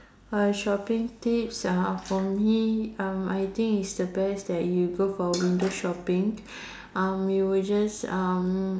uh shopping tips uh for me um I think it's the best that you go for window shopping um you will just um